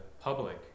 public